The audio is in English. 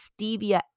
Stevia